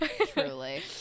Truly